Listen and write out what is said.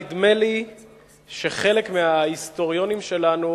נדמה לי שחלק מההיסטוריונים שלנו